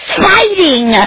fighting